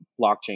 blockchain